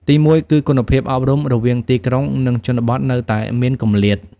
ទីមួយគឺ គុណភាពអប់រំរវាងទីក្រុង និងជនបទនៅតែមានគម្លាត។